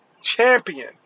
champion